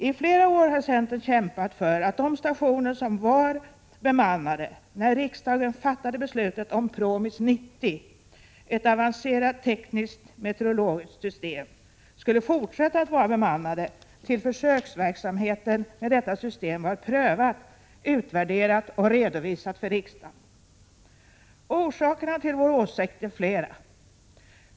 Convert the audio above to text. I flera år har centern kämpat för att de stationer som var bemannade när riksdagen fattade beslut om Promis 90 — ett avancerat tekniskt meteorologiskt system — skall fortsätta att vara bemannade tills försöksverksamheten med detta har prövats, utvärderats och redovisats för riksdagen. Orsakerna till våra åsikter är flera.